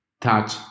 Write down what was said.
touch